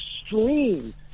extreme